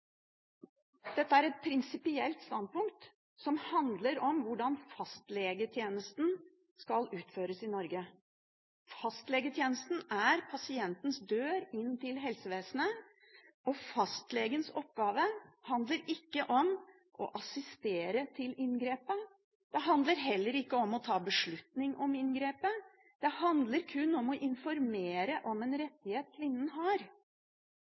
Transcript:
Dette er et prinsipielt standpunkt som handler om hvordan fastlegetjenesten skal utføres i Norge. Fastlegetjenesten er pasientens dør inn til helsevesenet, og fastlegens oppgave handler ikke om å assistere ved inngrepet. Det handler heller ikke om å ta beslutning om inngrepet. Det handler kun om å informere om en rettighet kvinnen har.